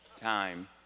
time